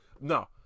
No